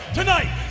tonight